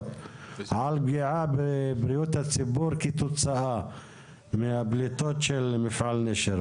על פגיעה בבריאות הציבור כתוצאה מהפליטות של מפעל נשר,